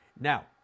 Now